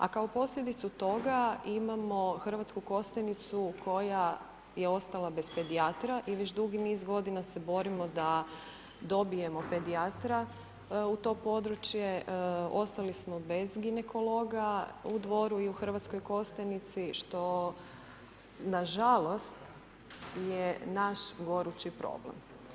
A kao posljedicu toga imamo Hrvatsku Kostajnicu koja je ostala bez pedijatra, a već dugi niz godina se borimo da dobijemo pedijatra u to područje, ostali smo bez ginekologa u Dvoru i u Hrvatskoj Kostajnici što nažalost je naš gorući problem.